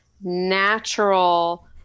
natural